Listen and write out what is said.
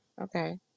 okay